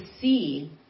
see